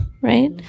right